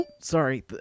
Sorry